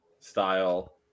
style